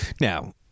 Now